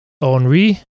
Henri